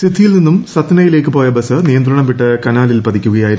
സിദ്ധിയിൽ നിന്ന് സത്നയിലേക്ക് പോയ ബസ് നിയന്ത്രണം വിട്ട് കനാലിൽ പതിക്കുകയായിരുന്നു